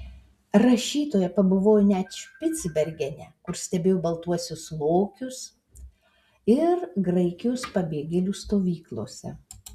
rašytoja pabuvojo net špicbergene kur stebėjo baltuosius lokius ir graikijos pabėgėlių stovyklose